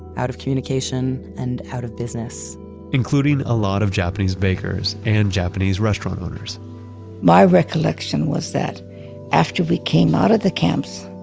out of communication and out of business including a lot of japanese bakers and japanese restaurant owners my recollection was that after we came out of the camps,